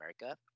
america